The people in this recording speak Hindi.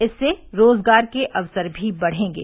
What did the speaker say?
इससे रोजगार के अवसर भी बढ़ेंगे